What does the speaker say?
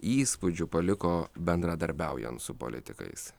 įspūdžių paliko bendradarbiaujant su politikais